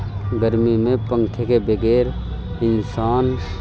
گرمی میں پنکھے کے بغیر انسان